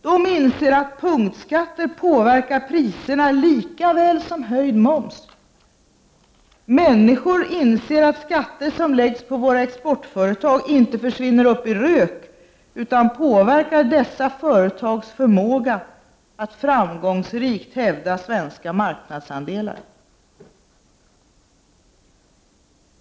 De inser att punktskatter påverkar priserna lika väl som höjd moms. Människor inser att skatter som läggs på våra exportföretag inte försvinner upp i rök utan påverkar dessa företags förmåga att framgångsrikt hävda svenska marknadsandelar.